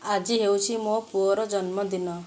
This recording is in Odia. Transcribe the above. ଆଜି ହେଉଛି ମୋ ପୁଅର ଜନ୍ମଦିନ